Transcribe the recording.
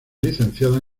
licenciada